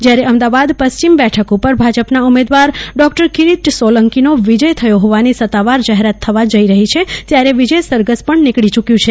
જયારે અમદાવાદ પશ્ચિમ બેઠક ઉપર ભાજપના ઉમેદવાર ડોક્ટર કિરીટ સોલંકી નો વિજય થયો હોવાની સત્તાવાર જાહેરાત થવા જી રહી છે ત્યારે વિજય સરઘસ પણ નીકળી યુક્યું છે